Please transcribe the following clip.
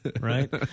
right